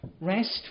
rest